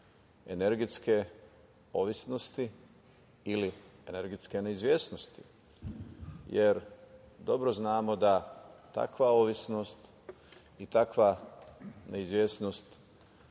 energetske zavisnosti ili energetske neizvesnosti, jer dobro znamo da takva zavisnost i takva neizvesnost